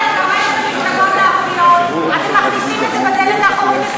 המפלגות הערביות, אתם מכניסים את זה בדלת האחורית.